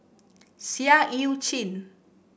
Seah Eu Chin